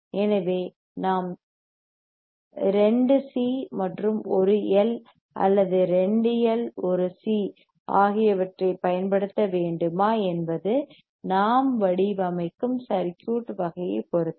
எனவே நாம் 2 சி மற்றும் 1 எல் அல்லது 2 எல் மற்றும் 1 சி ஆகியவற்றைப் பயன்படுத்த வேண்டுமா என்பது நாம் வடிவமைக்கும் சர்க்யூட் வகையைப் பொறுத்தது